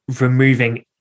removing